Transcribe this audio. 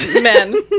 men